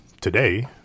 today